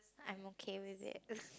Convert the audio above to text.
I'm okay with it